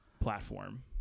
platform